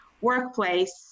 workplace